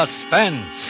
Suspense